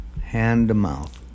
hand-to-mouth